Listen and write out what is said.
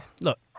look